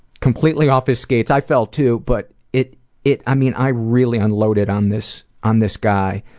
completely off his skates. i fell too but it it i mean i really unloaded on this on this guy.